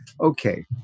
Okay